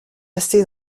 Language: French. lasser